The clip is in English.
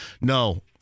no